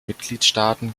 mitgliedstaaten